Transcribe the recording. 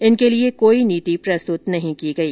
इनके लिए कोई नीति प्रस्तुत नहीं की गई